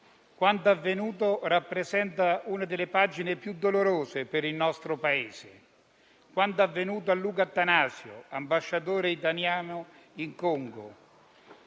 quanto avvenuto rappresenta una delle pagine più dolorose per il nostro Paese. Quanto avvenuto a Luca Attanasio, ambasciatore italiano in Congo,